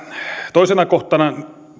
toisena kohtana